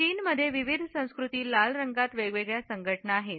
चीन मध्ये विविध संस्कृती लाल रंगात वेगवेगळ्या संघटना आहेत